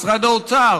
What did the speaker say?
משרד האוצר,